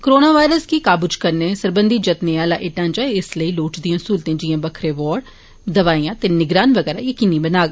corona virus गी काबू च करने सरबंधी जतनें आहला एह् ढांचा इस लेई लोड़चदिएं स्हूलतें जिआं बक्खरे वार्ड दवाईयां ते निगरानी वगैरा यकीनी बनाग